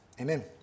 Amen